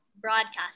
broadcast